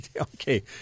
Okay